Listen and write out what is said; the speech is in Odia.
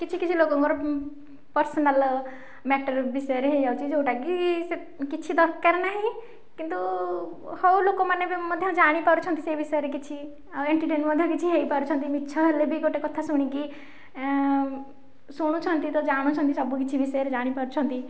କିଛି କିଛି ଲୋକଙ୍କର ପ୍ରରସନାଲ ମେଟର ବିଷୟରେ ହେଇଯାଉଛି ଯେଉଁଟାକି ସେ କିଛି ଦରକାର ନାହିଁ କିନ୍ତୁ ହଉ ଲୋକମାନେ ବି ମଧ୍ୟ ଜାଣିପାରୁଛନ୍ତି ସେଇ ବିଷୟରେ କିଛି ଆଉ ଏଣ୍ଟରଟେନ ମଧ୍ୟ କିଛି ହେଇପାରୁଛନ୍ତି ମିଛ ହେଲେ ବି ଗୋଟେ କଥା ଶୁଣିକି ଶୁଣୁଛନ୍ତି ତ ଜାଣୁଛନ୍ତି ସବୁ କିଛି ବିଷୟରେ ଜାଣିପାରୁଛନ୍ତି